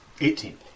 Eighteen